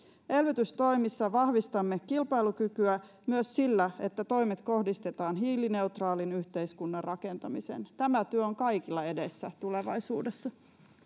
elvytystoimissa vahvistamme kilpailukykyä myös sillä että toimet kohdistetaan hiilineutraalin yhteiskunnan rakentamisen tämä työ on kaikilla edessä tulevaisuudessa